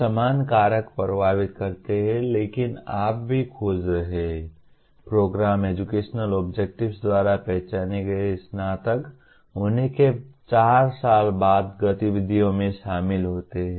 समान कारक प्रभावित करते हैं लेकिन आप भी खोज रहे हैं प्रोग्राम एजुकेशनल ऑब्जेक्टिव्स द्वारा पहचाने गए स्नातक होने के चार साल बाद गतिविधियों में शामिल होते हैं